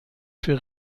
für